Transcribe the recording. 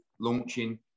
launching